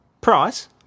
price